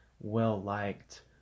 well-liked